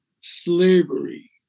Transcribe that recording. slavery